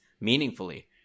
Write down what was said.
meaningfully